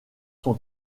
son